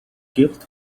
gift